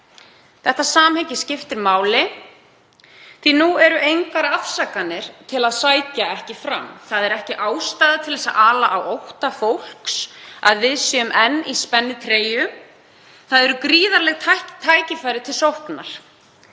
Þetta samhengi skiptir máli því nú eru engar afsakanir til að sækja ekki fram. Ekki er ástæða til að ala á ótta fólks við að við séum enn í spennitreyju. Það eru gríðarleg tækifæri til sóknar.